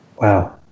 Wow